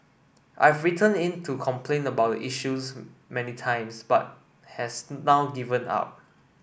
I've written in to complain about the issues many times but has now given up